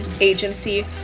Agency